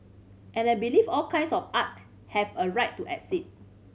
and I believe all kinds of art have a right to exist